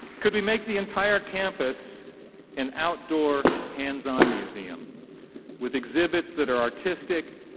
could we make the entire campus an outdoor hands-on museum with exhibits that are artistic,